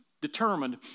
Determined